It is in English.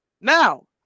Now